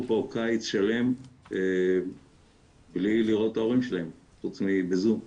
פה קיץ שלם בלי לראות את ההורים שלהם חוץ מבזום,